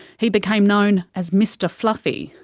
he became known as mr fluffy,